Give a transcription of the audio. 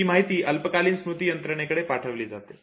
ही माहिती अल्पकालीन स्मृती यंत्रणेकडे पाठवली जाते